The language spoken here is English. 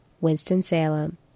Winston-Salem